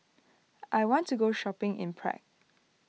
I want to go shopping in Prague